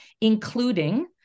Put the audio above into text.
including